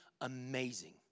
amazing